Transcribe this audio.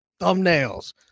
thumbnails